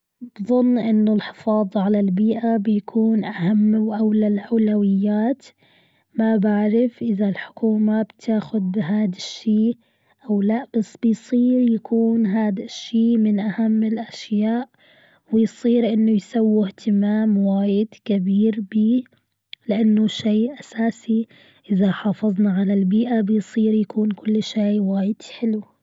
بظن أن الحفاظ على البيئة بيكون أهم وأولى الأولويات. ما بعرف إذا الحكومة بتاخد بهاد الشيء أو لأ بس بيصير يكون هادا الشي من أهم الأشياء. ويصير أنه يسووا أهتمام وايد كبير بي لأنه شيء أساسي أذا حافظنا على البيئة بيصير يكون كل شي وايد حلو.